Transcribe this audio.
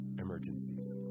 emergencies